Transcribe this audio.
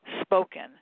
spoken